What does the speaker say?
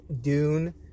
Dune